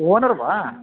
owner वा